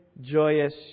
joyous